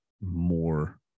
more